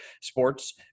sports